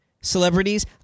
celebrities